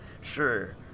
sure